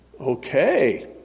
Okay